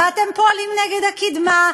ואתם פועלים נגד הקדמה,